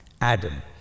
Adam